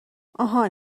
آهان